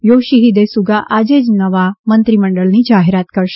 Yoshihide Suga આજે જ નવા મંત્રીમંડળની જાહેરાત કરશે